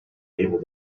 able